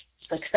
success